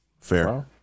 Fair